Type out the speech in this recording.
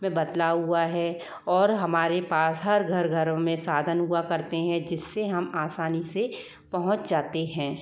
में बदलाव हुआ है और हमारे पास हर घर घरों में साधन हुआ करते हैं जिससे हम आसानी से पहुंच जाते हैं